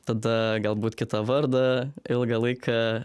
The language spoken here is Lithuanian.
tada galbūt kitą vardą ilgą laiką